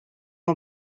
ans